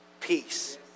peace